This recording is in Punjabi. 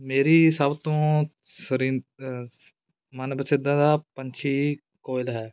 ਮੇਰੀ ਸਭ ਤੋਂ ਸੁਰੀ ਮਨਪਸੰਦ ਦਾ ਪੰਛੀ ਕੋਇਲ ਹੈ